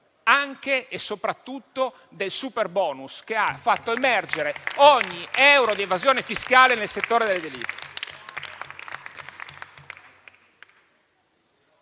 anche e soprattutto, del superbonus che ha fatto emergere ogni euro di evasione fiscale nel settore dell'edilizia.